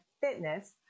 fitness